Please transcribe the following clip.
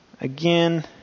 again